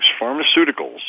pharmaceuticals